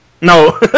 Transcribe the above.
No